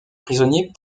prisonniers